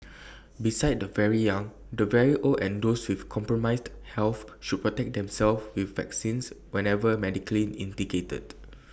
besides the very young the very old and those with compromised health should protect themselves with vaccines whenever medically indicated